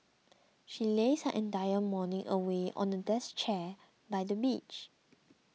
she lazed her entire morning away on a deck chair by the beach